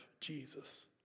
Jesus